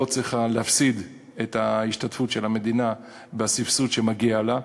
צריכה להפסיד את ההשתתפות של המדינה בסבסוד שמגיע לה,